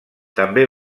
també